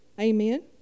Amen